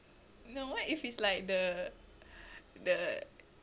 no what if it's like the the